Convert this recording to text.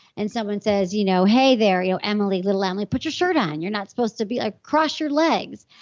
and someone says you know hey there, you know emily, little emily. put your shirt on. you're not supposed to be. ah cross your legs.